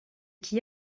qui